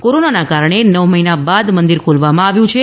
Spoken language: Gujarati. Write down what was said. કોરોનાના કારણે નવ મહિના બાદ મંદિર ખોલવામાં આવ્યું છે